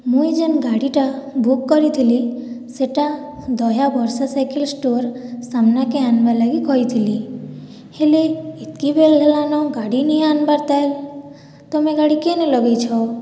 ମୁଇଁ ଯେନ୍ ଗାଡ଼ିଟା ବୁକ୍ କରିଥିଲି ସେଟା ଦହିଆ ବର୍ଷା ସାଇକେଲ୍ ଷ୍ଟୋର୍ ସାମ୍ନାକେ ଆନ୍ବାର୍ ଲାଗି କହିଥିଲି ହେଲେ ଏତ୍କି ବେଲ୍ ହେଲାନ ଗାଡି ନେଇ ଆନ୍ବାର୍ତାଲ୍ ତମେ ଗାଡି କେନେ ଲଗେଇଛ